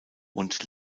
und